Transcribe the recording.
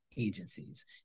Agencies